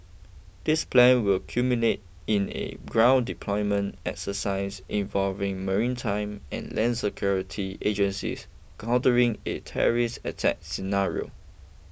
this plan will culminate in a ground deployment exercise involving maritime and land security agencies countering a terrorist attack scenario